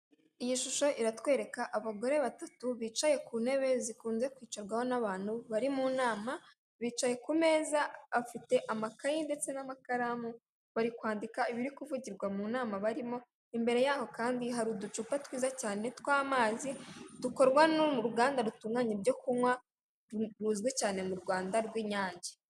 Iyi shusho iratwereka abagore batatu bicaye ku ntebe zikunze kwicarwaho n'abantu bari mu nama bicaye ku meza afite amakaye, ndetse n'amakaramu bari kwandika ibiri kuvugirwa mu nama barimo imbere yaho kandi hari uducupa twiza cyane tw'amazi dukorwa no mu ruganda rutunganya ibyo kunywa ruzwi cyane mu Rwanda rw'Inyange.